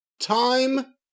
Time